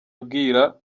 abwira